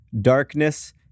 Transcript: darkness